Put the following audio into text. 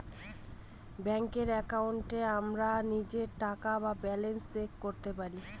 ব্যাঙ্কের একাউন্টে আমরা নিজের টাকা বা ব্যালান্স চেক করতে পারি